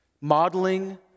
modeling